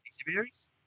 exhibitors